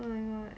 oh my god